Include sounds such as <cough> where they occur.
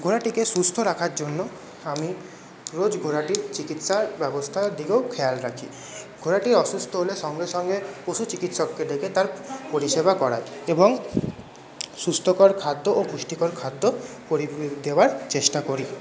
ঘোড়াটিকে সুস্থ রাখার জন্য আমি রোজ ঘোড়াটির চিকিৎসার ব্যবস্থার দিকেও খেয়াল রাখি ঘোড়াটি অসুস্থ হলে সঙ্গে সঙ্গে পশু চিকিৎসককে ডেকে তার পরিষেবা করাই এবং সুস্থকর খাদ্য ও পুষ্টিকর খাদ্য <unintelligible> দেওয়ার চেষ্টা করি